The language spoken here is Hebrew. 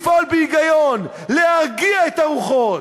לפעול בהיגיון, להרגיע את הרוחות.